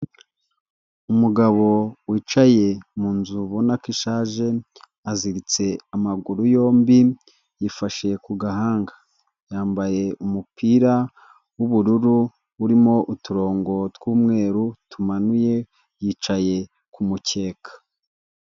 Umugabo wicaye mu nzu ubona ko ishaje, aziritse amaguru yombi yifashe ku gahanga, yambaye umupira w'ubururu urimo uturongo tw'umweru tumanuye yicaye ku kumukeka.